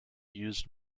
used